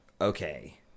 okay